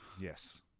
Yes